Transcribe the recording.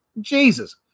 Jesus